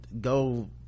go